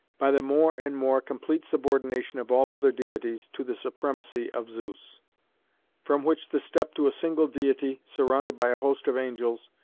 by the more and more complete subordination of all other deities to the supremacy of zeus from which the step to a single deity, surrounded by a host of angels,